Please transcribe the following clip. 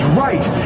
right